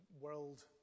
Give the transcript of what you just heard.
world